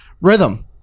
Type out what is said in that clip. rhythm